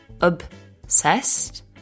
obsessed